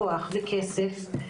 כוח וכסף,